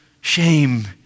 shame